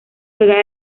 juega